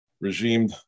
regime